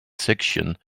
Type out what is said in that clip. section